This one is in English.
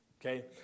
okay